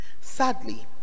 sadly